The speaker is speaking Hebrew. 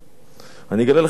אני אגלה לכם אפילו סוד,